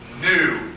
new